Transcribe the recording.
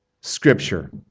Scripture